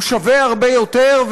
הוא שווה הרבה יותר,